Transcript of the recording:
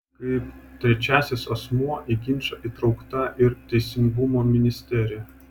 kaip trečiasis asmuo į ginčą įtraukta ir teisingumo ministerija